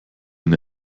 eine